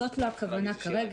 זאת לא הכוונה כרגע,